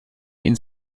ihnen